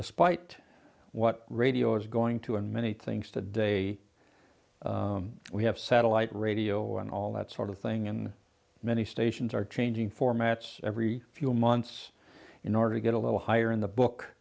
despite what radio is going to and many things today we have satellite radio and all that sort of thing and many stations are changing formats every few months in order to get a little higher in the book